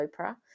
Oprah